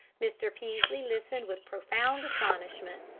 mr. peaslee listened with profound astonishment.